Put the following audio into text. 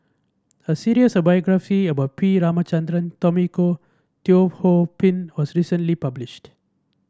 a series of biographies about P Ramachandran Tommy Koh Teo Ho Pin was recently published